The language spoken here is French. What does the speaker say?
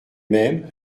mêmes